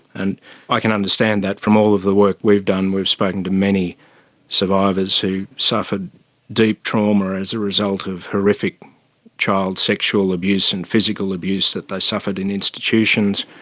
and i can understand that. from all of the work we've done, we've spoken to many survivors who suffered deep trauma as a result of horrific child sexual abuse and physical abuse that they suffered in institutions.